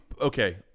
Okay